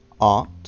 art